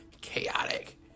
chaotic